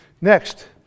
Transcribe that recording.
Next